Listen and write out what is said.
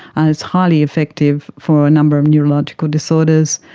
ah it's highly effective for a number of neurological disorders.